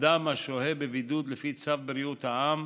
אדם השוהה בבידוד לפי צו בריאות העם